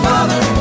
Father